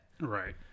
Right